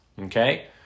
okay